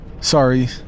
Sorry